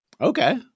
Okay